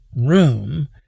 room